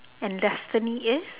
and destiny is